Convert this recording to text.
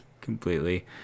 completely